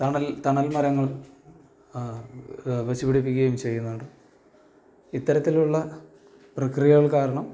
തണൽ മരങ്ങൾ വച്ചുപിടിപ്പിക്കുകയും ചെയ്യുന്നുണ്ട് ഇത്തരത്തിലുള്ള പ്രക്രിയകൾ കാരണം